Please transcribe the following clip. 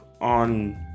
on